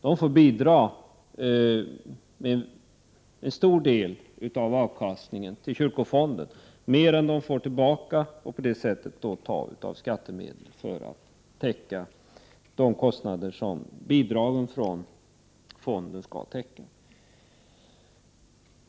De får nämligen bidra med en stor del av avkastningen från dessa egendomar till kyrkofonden, mer än de får tillbaka från fonden. De får därför ta av skattemedel för att täcka de kostnader som bidragen från fonden egentligen skulle ha täckt.